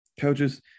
coaches